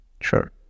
Sure